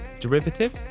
derivative